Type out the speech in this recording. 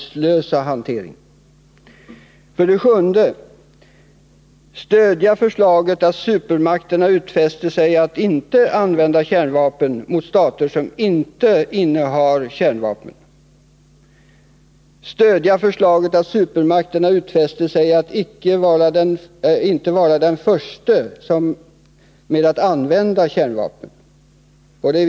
7.b) Stödja förslaget att supermakterna utfäster sig att inte vara de första att använda kärnvapen. På det viset skulle det bli en kraftig broms i den utvecklingen. 8.